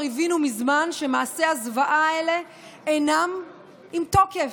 הבינו מזמן שמעשי הזוועה אלה אינם עם תוקף.